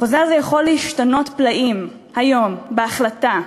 החוזה הזה יכול להשתנות פלאים היום, בהחלטה,